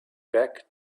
back